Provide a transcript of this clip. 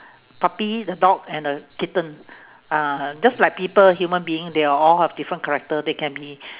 puppy the dog and a kitten uh just like people human being they are all have different character they can be